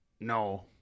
no